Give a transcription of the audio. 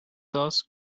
thus